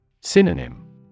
Synonym